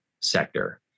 sector